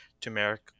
turmeric